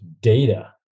data